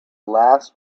last